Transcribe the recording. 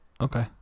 Okay